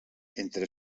entre